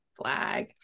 flag